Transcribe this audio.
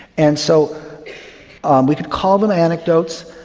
and so um we could call them anecdotes,